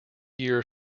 year